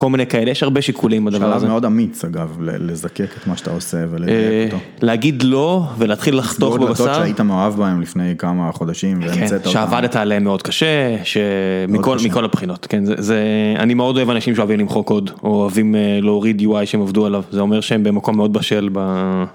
כל מיני כאלה יש הרבה שיקולים בגלל זה מאוד אמיץ אגב לזקק את מה שאתה עושה ולהגיד לא ולהתחיל לחתוך בבשר היית מאוהב בהם לפני כמה חודשים שעבדת עליהם מאוד קשה שמכל מכל הבחינות כן זה אני מאוד אוהב אנשים שאוהבים למחוק עוד או אוהבים להוריד UI שהם עובדו עליו זה אומר שהם במקום מאוד בשל.